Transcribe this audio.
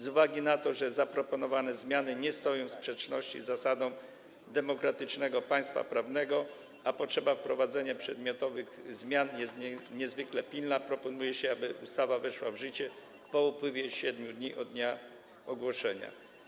Z uwagi na to, że zaproponowane zmiany nie stoją w sprzeczności z zasadą demokratycznego państwa prawnego, a potrzeba wprowadzenia przedmiotowych zmian jest niezwykle pilna, proponuje się, aby ustawa weszła w życie po upływie 7 dni od dnia ogłoszenia.